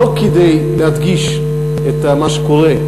לא כדי להדגיש את מה שקורה,